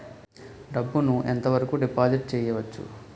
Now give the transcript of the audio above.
డబ్బు ను ఎంత వరకు డిపాజిట్ చేయవచ్చు?